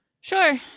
Sure